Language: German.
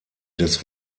des